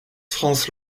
france